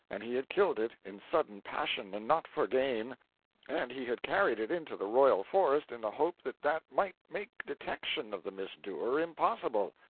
and he had killed it in sudden passion, and not for gain and he had carried it into the royal forest in the hope that that might make detection of the misdoer impossible.